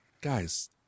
Guys